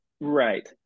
Right